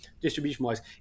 distribution-wise